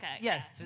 Yes